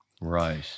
right